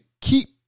keep